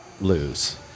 lose